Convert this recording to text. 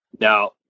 Now